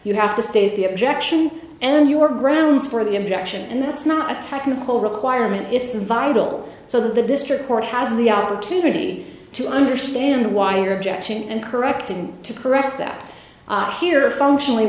you have to state the objection and your grounds for the objection and that's not a technical requirement it's vital so the district court has the opportunity to understand why your objection and correcting to correct that here are functionally